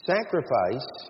Sacrifice